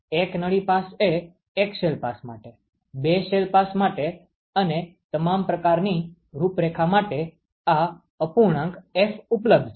એક નળી પાસ એ એક શેલ પાસ માટે બે શેલ પાસ માટે અને તમામ પ્રકારની રૂપરેખા માટે આ અપૂર્ણાંક F ઉપલબ્ધ છે